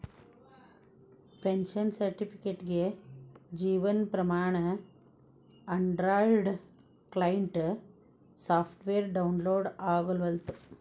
pension ಸರ್ಟಿಫಿಕೇಟ್ಗೆ Jeevan Pramaan Android client software download ಆಗವಲ್ತು